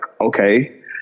okay